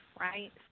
right